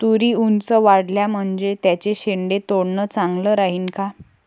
तुरी ऊंच वाढल्या म्हनजे त्याचे शेंडे तोडनं चांगलं राहीन का?